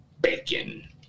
Bacon